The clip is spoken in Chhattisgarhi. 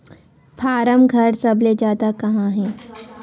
फारम घर सबले जादा कहां हे